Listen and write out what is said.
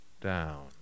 down